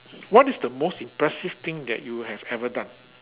what is the most impressive thing that you have ever done